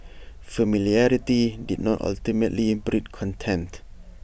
familiarity did ultimately breed contempt